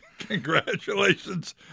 Congratulations